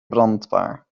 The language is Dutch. brandbaar